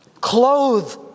Clothe